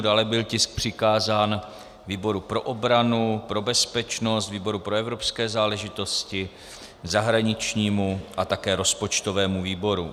Dále byl tisk přikázán výboru pro obranu, pro bezpečnost, výboru pro evropské záležitosti, zahraničnímu a také rozpočtovému výboru.